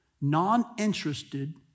non-interested